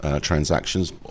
transactions